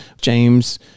James